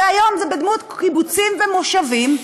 והיום זה בדמות קיבוצים ומושבים,